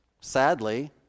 sadly